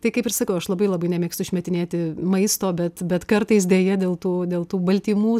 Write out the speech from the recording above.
tai kaip ir sakau aš labai labai nemėgstu išmetinėti maisto bet bet kartais deja dėl tų dėl tų baltymų